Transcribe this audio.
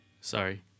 sorry